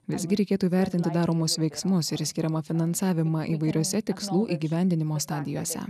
visgi reikėtų vertinti daromus veiksmus ir skiriamą finansavimą įvairiose tikslų įgyvendinimo stadijose